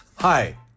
Hi